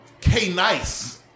K-Nice